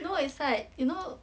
no it's like you know